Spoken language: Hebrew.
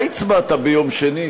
מה הצבעת ביום שני,